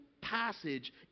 passage